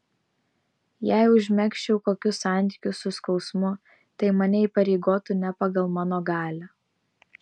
jei užmegzčiau kokius santykius su skausmu tai mane įpareigotų ne pagal mano galią